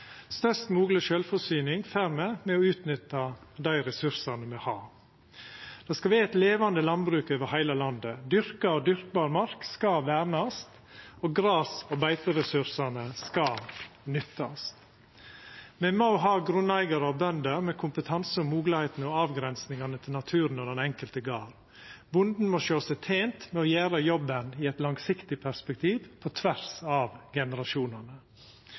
Størst mogleg sjølvforsyning får me ved å utnytta dei ressursane me har. Det skal vera eit levande landbruk over heile landet. Dyrka og dyrkbar mark skal vernast, og gras- og beiteressursane skal nyttast. Me må ha grunneigarar og bønder med kompetanse og moglegheiter og avgrensingar til naturen og den enkelte garden. Bonden må sjå seg tent med å gjera jobben i eit langsiktig perspektiv på tvers av generasjonane.